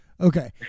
okay